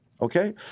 Okay